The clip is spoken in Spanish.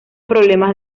problemas